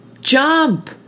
Jump